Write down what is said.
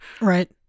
Right